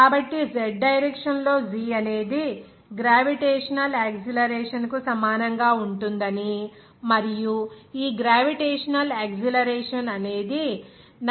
కాబట్టి z direction లో g అనేది గ్రావిటేషనల్ యాక్సిలరేషన్ కి సమానంగా ఉంటుందని మరియు ఈ గ్రావిటేషనల్ యాక్సిలరేషన్ అనేది 9